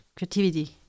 creativity